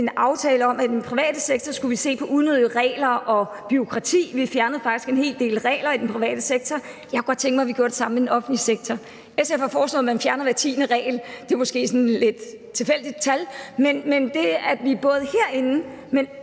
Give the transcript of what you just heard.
vi en aftale om, at i den private sektor skulle vi se på unødige regler og bureaukrati. Vi fjernede faktisk en hel del regler i den private sektor, og jeg kunne godt tænke mig, at vi gjorde det samme i den offentlige sektor. SF har foreslået, at man fjerner hver tiende regel. Det er måske et lidt tilfældigt tal, men det kunne gøre, at vi både herinde